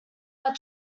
are